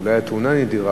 אולי התאונה נדירה,